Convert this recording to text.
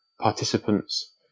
participants